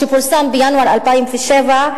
שפורסם בינואר 2007,